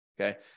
Okay